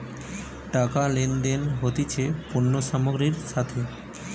টাকা লেনদেন হতিছে পণ্য সামগ্রীর সাথে